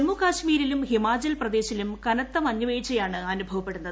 ജമ്മു കശ്മീരിലും ഹിമാചൽ പ്രദേശിലും കനത്ത മഞ്ഞുവീഴ്ചയാണ് അനുഭവപ്പെടുന്നത്